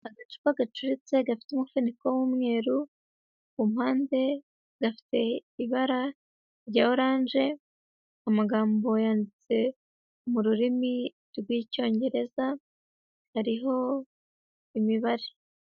Agacupa gacuritse gafite umufuniko w'umweru, ku mpande gafite ibara rya oranje, amagambo yanditse mu rurimi rw'icyongereza, hariho imibare.